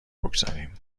بگذاریم